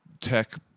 tech